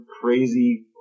Crazy